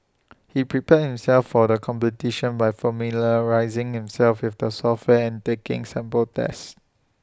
he prepared himself for the competition by familiarising himself with the software and taking sample tests